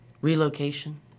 relocation